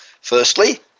Firstly